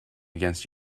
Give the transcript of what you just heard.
against